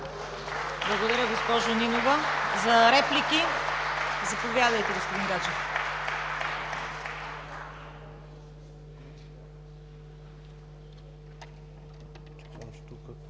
Благодаря Ви, госпожо Нинова. За реплики? Заповядайте, господин Гаджев.